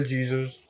Jesus